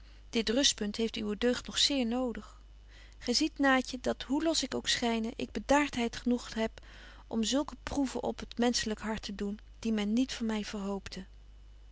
dit rustpunt heeft uwe deugd nog zeer nodig gy ziet naatje dat hoe los ik ook schyne ik bedaartheid genoeg heb om zulke proeven op het menschelyk hart te doen die men niet van my verhoopte